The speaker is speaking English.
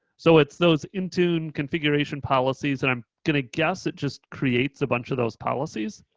so it's those intune configuration policies and i'm gonna guess it just creates a bunch of those policies,